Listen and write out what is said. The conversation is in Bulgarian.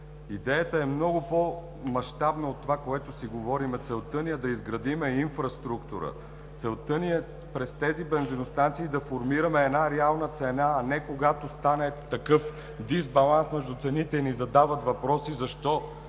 Идеята е много по-мащабна от това, което си говорим. Целта ни е да изградим инфраструктура, целта ни е през тези бензиностанции да формираме една реална цена, а не когато стане такъв дисбаланс между цените и ни задават въпроси защо